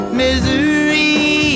misery